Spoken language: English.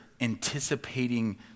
anticipating